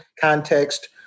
context